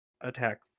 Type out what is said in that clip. attack